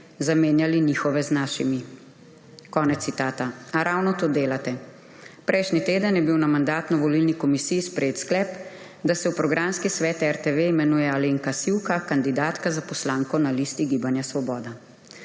zamenjali njihove z našimi.« Konec citata. A ravno to delate. Prejšnji teden je bil na Mandatno-volilni komisiji sprejet sklep, da se v Programski svet RTV imenuje Alenka Sivka, kandidatka za poslanko na listi Gibanja Svoboda.